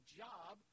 job